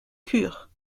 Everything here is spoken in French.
cure